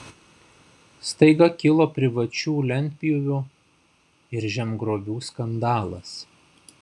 staiga kilo privačių lentpjūvių ir žemgrobių skandalas